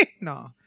no